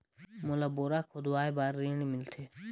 मोला बोरा खोदवाय बार ऋण मिलथे?